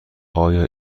آیا